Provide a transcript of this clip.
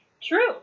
True